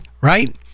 right